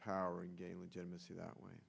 power and gain legitimacy that way